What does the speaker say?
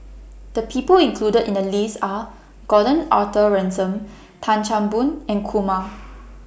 The People included in The list Are Gordon Arthur Ransome Tan Chan Boon and Kumar